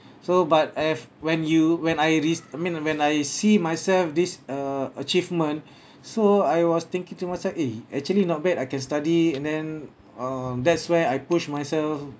so but I've when you when I rec~ I mean when I see myself this uh achievement so I was thinking to myself eh actually not bad I can study and then uh that's where I push myself